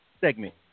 segment